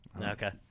Okay